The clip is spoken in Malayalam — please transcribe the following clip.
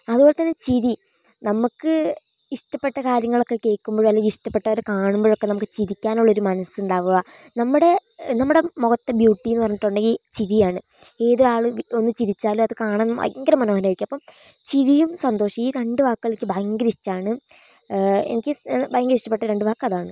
അതുപോലെത്തന്നെ ചിരി നമക്ക് ഇഷ്ടപെട്ട കാര്യങ്ങളൊക്കെ കേൾക്കുമ്പോഴും അല്ലെങ്കില് ഇഷ്ടപ്പെട്ടവരെ കാണുമ്പോഴൊക്കെ നമക്ക് ചിരിക്കാനുള്ള ഒരു മനസ്സുണ്ടാവ നമ്മടെ നമ്മുടെ മുഖത്തെ ബ്യൂട്ടിന്ന് പറഞ്ഞിട്ടുണ്ടെങ്കി ചിരിയാണ് ഏത് ആള് ഒന്ന് ചിരിച്ചാലും അത് കാണാൻ ഭയങ്കര മനോഹരം ആയിരിക്കും അപ്പം ചിരിയും സന്തോഷവും ഈ രണ്ട് വാക്ക് എനിക്ക് ഭയങ്കര ഇഷ്ടാണ് എനിക്ക് ഭയങ്കര ഇഷ്ടപ്പെട്ട രണ്ട് വാക്ക് അതാണ്